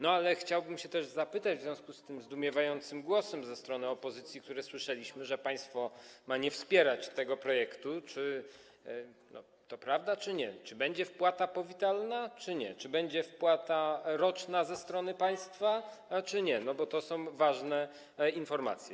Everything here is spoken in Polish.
No, ale chciałbym też zapytać w związku z tym zdumiewającym głosem ze strony opozycji, który słyszeliśmy, że państwo ma nie wspierać tego projektu, czy to prawda, czy nie, czy będzie wpłata powitalna, czy nie, czy będzie wpłata roczna ze strony państwa, czy nie, bo to są ważne informacje.